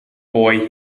boy